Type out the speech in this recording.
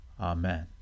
Amen